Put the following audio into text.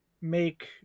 make